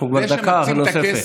אנחנו כבר דקה נוספת.